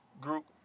group